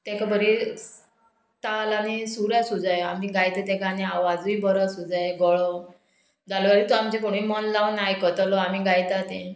तेका बरी ताल आनी सूर आसूं जाय आमी गायता तेका आनी आवाजूय बरो आसूं जाय गळो जाल्यारूच ते आमचें फुडें मन लावन आयकतलो आमी गायता तें